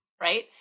right